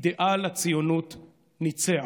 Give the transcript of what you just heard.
אידיאל הציונות ניצח.